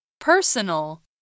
Personal